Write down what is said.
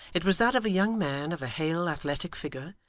it was that of a young man, of a hale athletic figure,